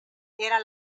era